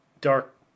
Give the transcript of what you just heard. Dark